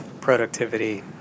productivity